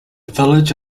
village